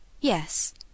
Yes